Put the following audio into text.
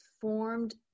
formed